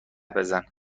بزن